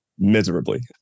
miserably